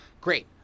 Great